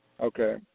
Okay